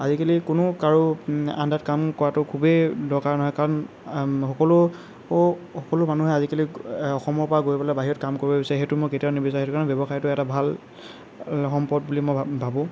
আজিকালি কোনো কাৰো আণ্ডাৰত কাম কৰাটো খুবেই দৰকাৰ নহয় কাৰণ সকলো সকলো মানুহে আজিকালি অসমৰ পৰা গৈ পেলাই বাহিৰত কাম কৰিব বিচাৰে সেইটো মই কেতিয়াও নিবিচাৰোঁ সেইকাৰণে ব্যৱসায়টো এটা ভাল সম্পদ বুলি মই ভা ভাবোঁ